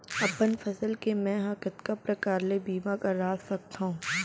अपन फसल के मै ह कतका प्रकार ले बीमा करा सकथो?